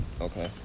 Okay